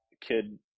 Kid